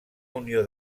unió